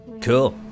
Cool